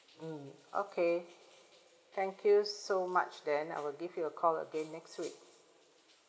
mm okay thank you so much then I will give you a call again next week